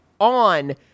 On